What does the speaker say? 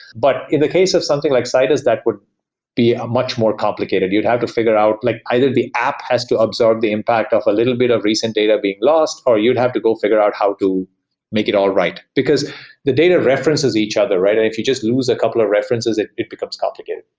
but in the case of something like citus, that would be much more complicated. you'd have to figure out like either the app has to observe the impact of a little bit of recent data being lost or you would have to go figure out how to make it all right, because the data references each other, right? and if you just lose a couple of references, it it becomes complicated.